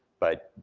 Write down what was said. but